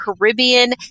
Caribbean